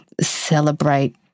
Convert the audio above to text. celebrate